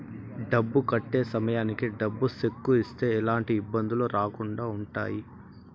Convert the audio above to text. డబ్బు కట్టే సమయానికి డబ్బు సెక్కు ఇస్తే ఎలాంటి ఇబ్బందులు రాకుండా ఉంటాయి